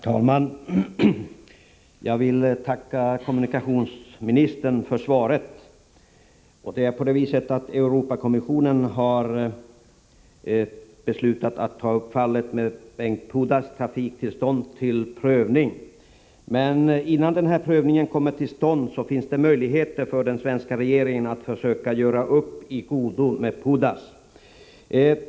Herr talman! Jag tackar kommunikationsministern för svaret. Europakommissionen har beslutat att ta upp fallet med Bengt Pudas trafiktillstånd till prövning. Men innan denna prövning kommer till stånd finns det möjligheter för den svenska regeringen att försöka göra upp i godo med Pudas.